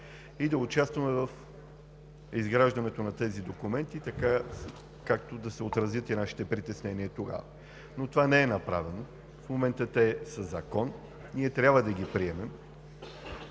и да участваме в изграждането на тези документи, за да се отразят тогава нашите притеснения. Но това не е направено, в момента те са закон, ние трябва да ги приемем.